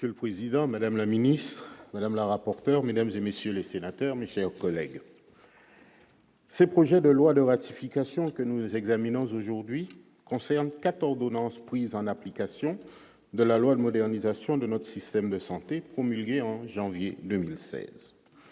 Monsieur le Président, Madame la ministre Madame la rapporteur mesdames et messieurs les sénateurs, mes chers collègues. Ce projet de loi de ratification que nous examinons aujourd'hui concerne 4 ordonnances prises en application de la loi de modernisation de notre système de santé promulguée en janvier 2016,